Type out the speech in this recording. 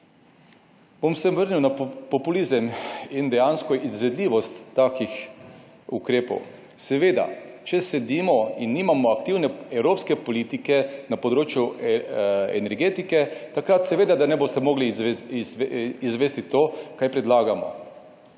vrnil na populizem in dejansko izvedljivost takih ukrepov. Seveda, če sedimo in nimamo aktivne evropske politike na področju energetike, takrat seveda, da ne boste mogli izvesti to kaj predlagamo.